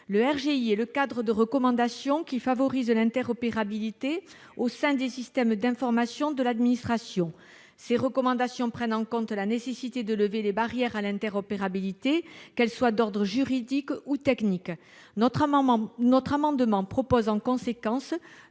en effet le cadre de recommandations qui favorisent l'interopérabilité au sein des systèmes d'information de l'administration. Ces recommandations prennent en compte la nécessité de lever les barrières à l'interopérabilité, qu'elles soient d'ordre juridique ou technique. Nous proposons en conséquence,